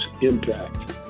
impact